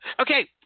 Okay